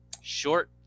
short